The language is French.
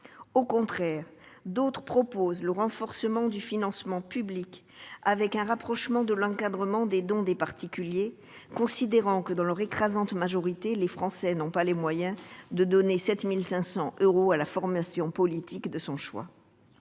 au Royaume-Uni., d'autres proposent le renforcement du financement public, avec un rapprochement de l'encadrement des dons des particuliers, considérant que, dans leur écrasante majorité, les Français n'ont pas les moyens de donner 7 500 euros à la formation politique de leur choix.